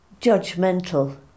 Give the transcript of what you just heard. judgmental